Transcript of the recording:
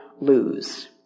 lose